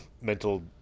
mental